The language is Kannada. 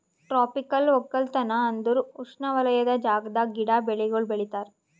ಟ್ರೋಪಿಕಲ್ ಒಕ್ಕಲತನ ಅಂದುರ್ ಉಷ್ಣವಲಯದ ಜಾಗದಾಗ್ ಗಿಡ, ಬೆಳಿಗೊಳ್ ಬೆಳಿತಾರ್